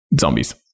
zombies